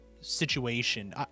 situation